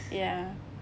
ya